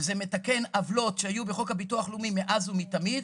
וזה מתקן עוולות שהיו בחוק הביטוח הלאומי מאז ומתמיד.